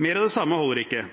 Mer av det samme holder ikke.